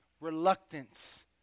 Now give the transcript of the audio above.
reluctance